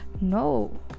no